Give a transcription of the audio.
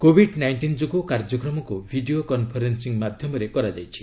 Covid nineteen ଯୋଗୁଁ କାର୍ଯ୍ୟକ୍ରମକୁ video conference ମାଧ୍ୟମରେ କରାଯାଇଛି